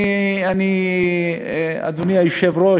אדוני היושב-ראש,